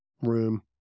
room